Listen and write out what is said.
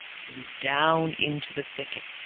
flew down into the thicket,